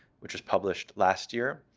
which was published last year,